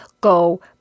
go